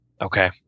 Okay